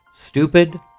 Stupid